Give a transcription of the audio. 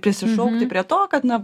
prisišaukti prie to kad na